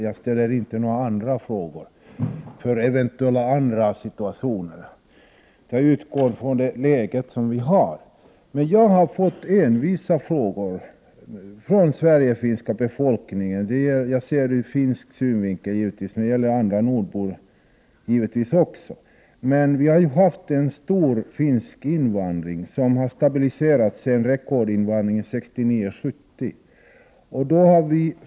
Jag ställer inte några frågor utifrån eventuella andra situationer, utan jag utgår från det läge som vi har. Jag har fått envisa frågor från den finska befolkningen i Sverige. Av naturliga skäl ser jag detta ur finsk synvinkel, men frågorna gäller givetvis även andra nordbor. Vi har emellertid haft en stor finsk invandring som nu har stabiliserats efter rekordinvandringen 1969-1970.